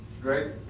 great